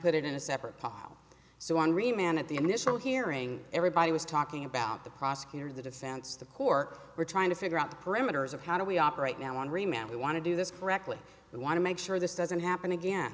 put it in a separate pile so angry man at the initial hearing everybody was talking about the prosecutor the defense the cork we're trying to figure out the parameters of how do we operate now on remand we want to do this correctly we want to make sure this doesn't happen again